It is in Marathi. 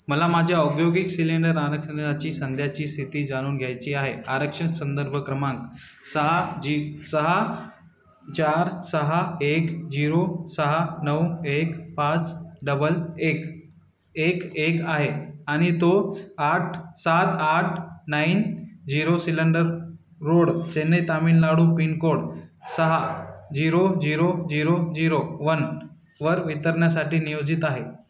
मला माझ्या औद्योगिक सिलेंडर आरक्षणाची सध्याची स्थिती जाणून घ्यायची आहे आरक्षण संदर्भ क्रमांक सहा जी सहा चार सहा एक झिरो सहा नऊ एक पाच डबल एक एक एक आहे आणि तो आठ सात आठ nine zero cylinder road Chennai Tamil Nadu pin code सहा झिरो झिरो झिरो झिरो वनवर वितरणासाठी नियोजित आहे